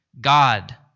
God